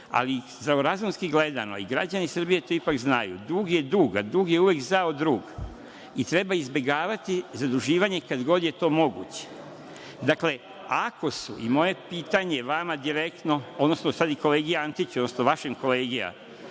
kredit. Zdravorazumski gledano, i građani Srbije to ipak znaju, dug je dug, a dug je uvek zao drug. Treba izbegavati zaduživanje kad god je to moguće. Dakle, moje pitanje vama direktno, odnosno sada i kolegi Antiću, odnosno vašem kolegi